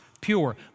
pure